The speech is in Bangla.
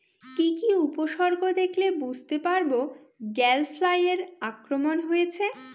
কি কি উপসর্গ দেখলে বুঝতে পারব গ্যাল ফ্লাইয়ের আক্রমণ হয়েছে?